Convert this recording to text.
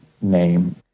name